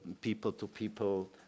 people-to-people